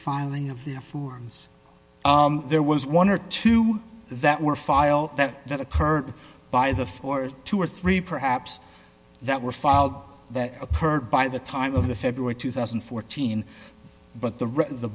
filing of their forms there was one or two that were filed that that occurred by the th two or three perhaps that were filed that occurred by the time of the february two thousand and fourteen but the